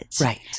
Right